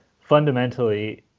fundamentally